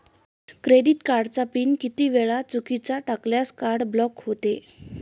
Credit कार्डचा pin किती वेळा चुकीचा टाकल्यास कार्ड ब्लॉक होते?